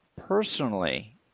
personally